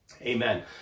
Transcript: Amen